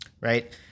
right